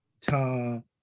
Tom